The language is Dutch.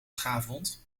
schaafwond